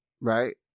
right